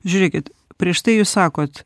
žiūrėkit prieš tai jūs sakot